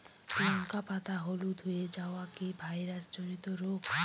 লঙ্কা পাতা হলুদ হয়ে যাওয়া কি ভাইরাস জনিত রোগ?